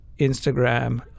Instagram